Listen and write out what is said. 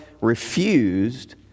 refused